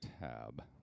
tab